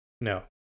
No